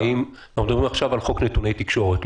אנחנו מדברים עכשיו על חוק נתוני תקשורת,